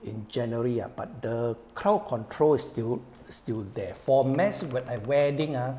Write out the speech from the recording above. in january ah but the crowd control is still still there for mass when I wedding ah